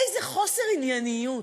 איזה חוסר ענייניות.